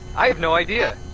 i have no idea.